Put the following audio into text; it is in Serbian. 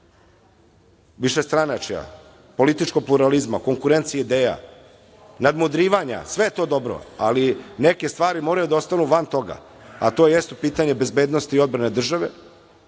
višestranačja, političkog pluralizama, konkurencije ideja, nadmudrivanja. Sve je to dobro, ali neke stvari moraju da ostanu van toga, a to jeste pitanje bezbednosti i odbrane države,